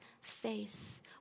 face